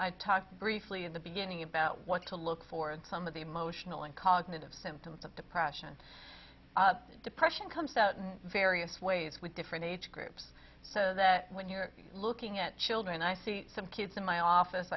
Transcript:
i talked briefly in the beginning about what to look for in some of the emotional and cognitive symptoms of depression and depression comes out in various ways with different age groups so that when you're looking at children i see some kids in my office